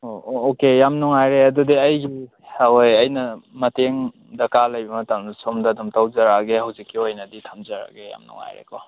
ꯑꯣ ꯑꯣꯀꯦ ꯌꯥꯝ ꯅꯨꯡꯉꯥꯏꯔꯦ ꯑꯗꯨꯗꯤ ꯑꯩꯒꯤ ꯁꯥꯔꯍꯣꯏ ꯑꯩꯅ ꯃꯇꯦꯡ ꯗꯔꯀꯥꯔ ꯂꯩꯕ ꯃꯇꯝꯗ ꯁꯣꯝꯗ ꯑꯗꯨꯝ ꯇꯧꯖꯔꯛꯑꯒꯦ ꯍꯧꯖꯤꯛꯀꯤ ꯑꯣꯏꯅꯗꯤ ꯊꯝꯖꯔꯒꯦ ꯌꯥꯝ ꯅꯨꯡꯉꯥꯏꯔꯦꯀꯣ ꯊꯦꯡꯀꯤꯌꯨ